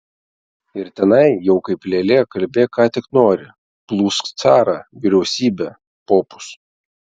ir tenai jau kaip lėlė kalbėk ką tik nori plūsk carą vyriausybę popus